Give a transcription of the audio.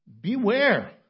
beware